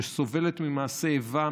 שסובלת ממעשי איבה,